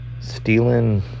stealing